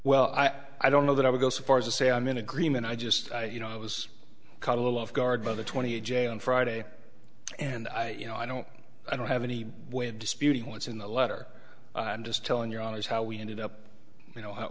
well i don't know that i would go so far as to say i'm in agreement i just you know i was caught a little off guard by the twentieth jay on friday and i you know i don't i don't have any way of disputing what's in the letter i'm just telling your honour's how we ended up you know how